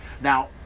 Now